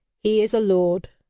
he is a lord!